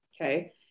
Okay